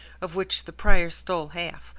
of which the prior stole half,